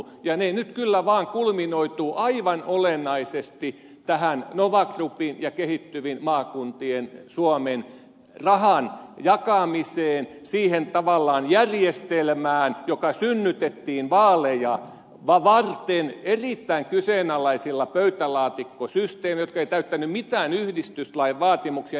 ne asiat nyt kyllä vaan kulminoituvat aivan olennaisesti tähän nova groupin ja kehittyvien maakuntien suomen rahan jakamiseen siihen järjestelmään joka synnytettiin vaaleja varten erittäin kyseenalaisilla pöytälaatikkosysteemeillä jotka eivät täyttäneet mitään yhdistyslain vaatimuksia ja niin edelleen